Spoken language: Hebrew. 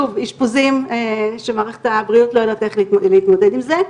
אישפוזים שמערכת הבריאות לא יודעת איך להתמודד עם זה.